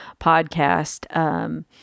podcast